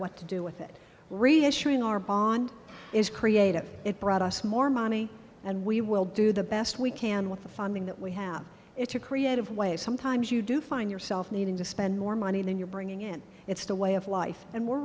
what to do with it reassuring our bond is created it brought us more money and we will do the best we can with the funding that we have it's a creative way sometimes you do find yourself needing to spend more money than you're bringing in it's the way of life and we're